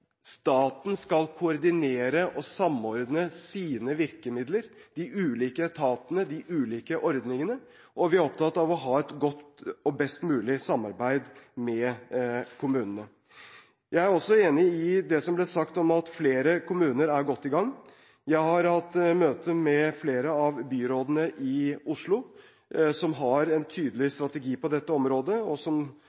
staten skal koordinere og samordne sine virkemidler – de ulike etatene, de ulike ordningene – og vi er opptatt av å ha et best mulig samarbeid med kommunene. Jeg er også enig i det som ble sagt om at flere kommuner er godt i gang. Jeg har hatt møte med flere av byrådene i Oslo, som har en tydelig